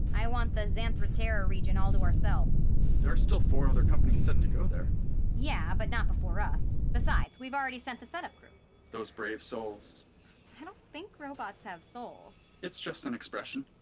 i want the xanthe terra terra region all to ourselves there are still four other companies set to go there yeah, but not before us. besides, we've already sent the setup crew those brave souls i don't think robots have souls it's just an expression.